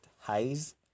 highs